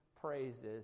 praises